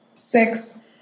Six